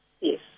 Yes